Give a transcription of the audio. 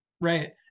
Right